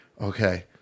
okay